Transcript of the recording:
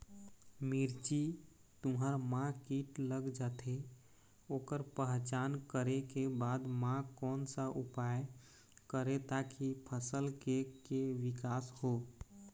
मिर्ची, तुंहर मा कीट लग जाथे ओकर पहचान करें के बाद मा कोन सा उपाय करें ताकि फसल के के विकास हो?